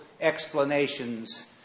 explanations